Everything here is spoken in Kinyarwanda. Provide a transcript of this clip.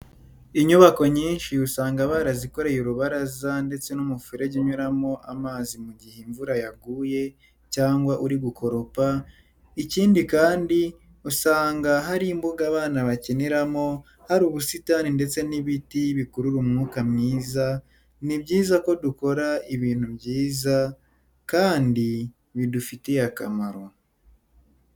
Inyubako nyinshi usanga barazikoreye urubaraza ndetse n'umuferege unyuramo amazi mu gihe imvura yaguye cyangwa uri gukoropa, ikindi kandi usanga hari imbuga abana bakiniramo, hari ubusitani ndetse n'ibiti bikurura umwuka mwiza, ni byiza ko dukora ibintu byiza kandi bidufitiye akamaro.